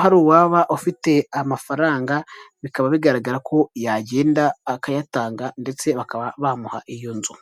hari uwaba ufite amafaranga, bikaba bigaragara ko yagenda akayatanga, ndetse bakaba bamuha iyo nzu.